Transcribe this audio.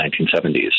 1970s